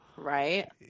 right